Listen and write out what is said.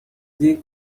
they